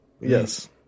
Yes